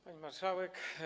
Pani Marszałek!